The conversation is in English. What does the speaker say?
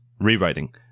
rewriting